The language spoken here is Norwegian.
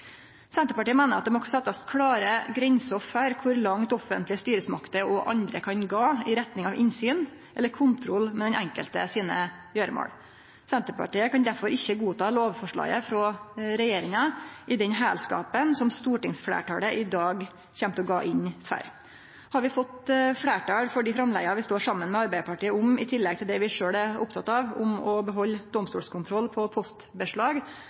Senterpartiet meiner det må setjast klare grenser for kor langt offentlege styresmakter og andre kan gå i retning av innsyn eller kontroll med den enkelte sine gjeremål. Senterpartiet kan derfor ikkje godta lovforslaget frå regjeringa i den heilskapen som stortingsfleirtalet i dag kjem til å gå inn for. Hadde vi fått fleirtal for dei framlegga vi står saman med Arbeidarpartiet om, i tillegg til det vi sjølv er opptekne av om å behalde domstolskontroll på postbeslag,